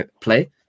play